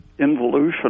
involution